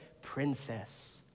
princess